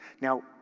Now